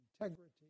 integrity